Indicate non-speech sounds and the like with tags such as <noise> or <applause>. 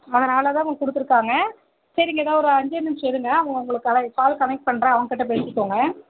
அதனால தான் அவங்க கொடுத்துருக்காங்க சரிங்க இதோ ஒரு அஞ்சே நிமிஷம் இருங்க அவங்க உங்களை <unintelligible> கால் கனெக்ட் பண்ணுறேன் அவங்கிட்ட பேசிக்கோங்க